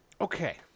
okay